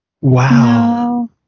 Wow